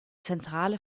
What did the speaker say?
zentrale